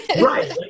Right